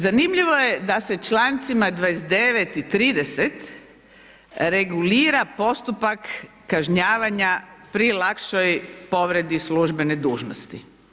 Zanimljivo je da se člancima 29. i 30. regulira postupak kažnjavanja pri lakšoj povredi službene dužnosti.